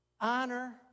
honor